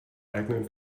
eigenen